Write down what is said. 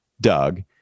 Doug